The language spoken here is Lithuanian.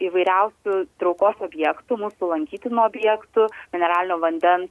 įvairiausių traukos objektų mūsų lankytinų objektų mineralinio vanden